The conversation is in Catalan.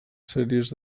sèries